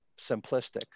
simplistic